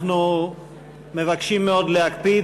אנחנו מבקשים מאוד להקפיד